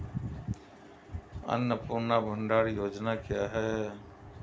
अन्नपूर्णा भंडार योजना क्या है?